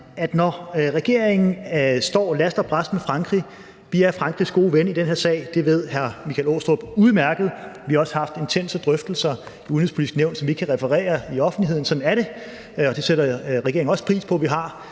når regeringen står last og brast med Frankrig, er vi også Frankrigs gode ven i den her sag. Det ved hr. Michael Aastrup Jensen udmærket, og vi har også haft intense drøftelser i Det Udenrigspolitiske Nævn – som vi ikke kan referere i offentligheden, sådan er det – og det sætter regeringen også pris på at vi har,